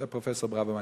פרופסור ברוורמן.